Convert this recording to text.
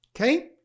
Okay